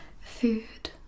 food